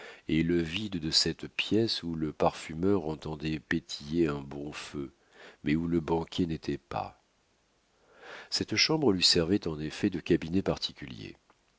et le vide de cette pièce où le parfumeur entendait pétiller un bon feu mais où le banquier n'était pas cette chambre lui servait en effet de cabinet particulier